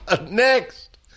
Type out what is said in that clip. Next